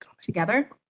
Together